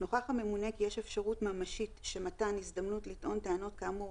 נוכח הממונה כי יש אפשרות ממשית שמתן הזדמנות לטעון טענות כאמור